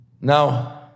Now